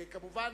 כמובן,